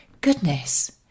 goodness